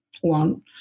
one